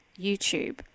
YouTube